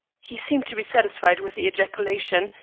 he seemed to be satisfied with the ejaculation,